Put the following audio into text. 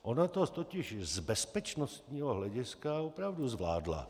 Ona to totiž z bezpečnostního hlediska opravdu zvládla.